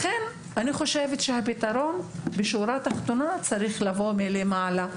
לכן אני חושבת שבשורה התחתונה הפתרון צריך לבוא מלמעלה,